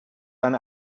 eine